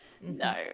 no